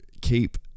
keep